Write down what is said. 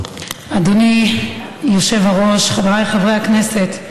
אדוני היושב-ראש, חבריי חברי הכנסת,